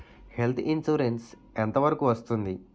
Health insurance ఎంత వరకు వస్తుంది?